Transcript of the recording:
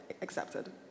accepted